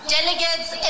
Delegates